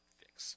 fix